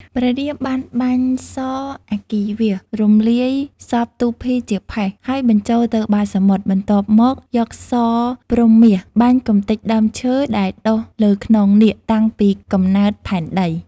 ព្រះរាមបានបាញ់សរអគ្គីវាសរំលាយសពទូភីជាផេះ ហើយបញ្ចូលទៅបាតសមុទ្រ បន្ទាប់មកយកសរព្រហ្មមាស បាញ់កំទេចដើមឈើ ដែលដុះលើខ្នងនាគតាំងពីកំណើតផែនដី។